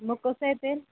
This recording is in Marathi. मग कसं आहे तेल